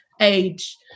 age